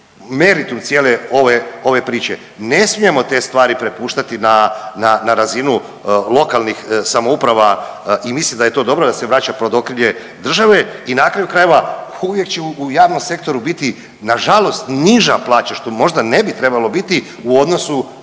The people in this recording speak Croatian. meritum cijele ove priče. Ne smijemo te stvari prepuštati na razinu lokalnih samouprava i mislim da je to dobro da se vraća pod okrilje države i na kraju krajeva uvijek će u javnom sektoru biti na žalost niža plaća što možda ne bi trebalo biti u odnosu